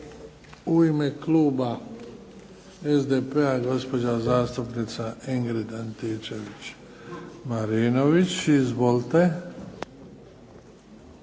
U ime kluba SDP-a gospođa zastupnica Ingrid Antičević-Marinović. Izvolite.